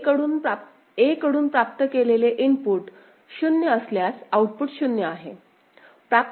a कडून प्राप्त केलेले इनपुट 0 असल्यास आउटपुट 0 आहे